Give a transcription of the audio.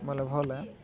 ଭଲ